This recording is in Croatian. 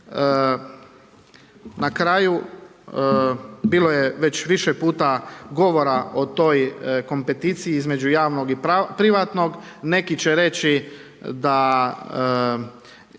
Na kraju bilo je već više govora o toj kompeticiji između javnog i privatnog. Neki će reći da